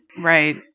Right